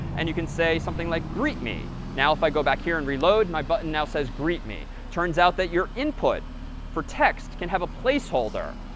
and you can say something like greet me. now, if i go back here and reload, my button now says greet me. turns out that your input for text can have a placeholder,